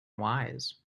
wise